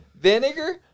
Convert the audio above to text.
vinegar